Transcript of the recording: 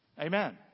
Amen